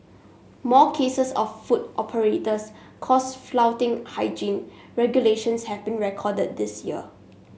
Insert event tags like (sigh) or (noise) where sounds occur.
more cases of food operators caught (unintelligible) flouting hygiene regulations have been recorded this year